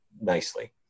nicely